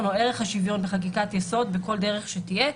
או ערך השוויון בחקיקת יסוד בכל דרך שלא תהיה,